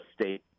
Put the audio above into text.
state